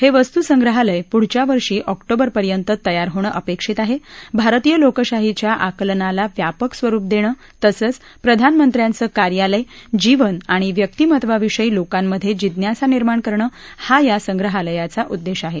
हे वस्तुसंग्रहालय पुढच्या वर्षी ऑक्टोबरपर्यंत तयार होणं अपेक्षित आहे भारतीय लोकशाहीच्या आकलनाला व्यापक स्वरुप देणं तसंच प्रधानमंत्र्याचं कार्यालय जीवन आणि व्यक्तीमत्वाविषयी लोकांमधे जिज्ञासा निर्माण करणं हा या संग्रहालयाचा उद्देश आहे